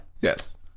Yes